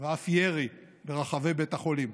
ואף ירי ברחבי בית החולים.